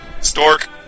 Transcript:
Stork